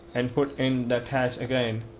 and put in the thatch again,